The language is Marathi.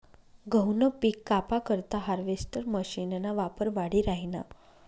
गहूनं पिक कापा करता हार्वेस्टर मशीनना वापर वाढी राहिना